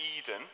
Eden